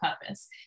purpose